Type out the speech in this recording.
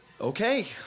Okay